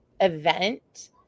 event